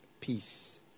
peace